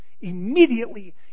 Immediately